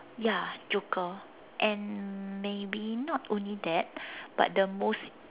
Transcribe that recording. ya joker and maybe not only that but the most